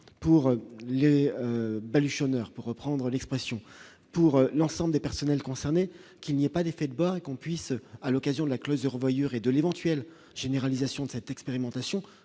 pour les belges sonneurs, pour reprendre l'expression pour l'ensemble des personnels concernés, qu'il n'y a pas d'effet de bas qu'on puisse, à l'occasion de la clause de revoyure et de l'éventuelle généralisation de cette expérimentation